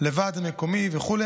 לוועד מקומי, וכו'.